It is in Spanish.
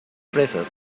fresas